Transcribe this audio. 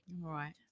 Right